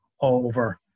over